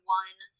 one